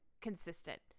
consistent